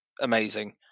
amazing